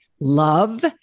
Love